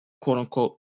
quote-unquote